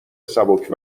سبک